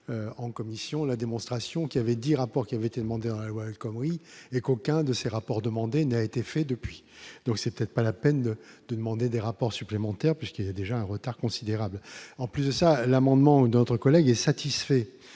en commission la démonstration qu'il avait dit rapport qui avait été demandé comment il est qu'aucun de ces rapports demandés n'a été fait depuis donc c'était pas la peine de demander des rapports supplémentaires puisqu'il a déjà un retard considérable en plus de ça, l'amendement d'autres collègues, est satisfait